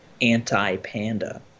anti-panda